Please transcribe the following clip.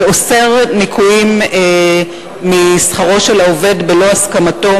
שאוסר ניכויים משכרו של עובד בלא הסכמתו,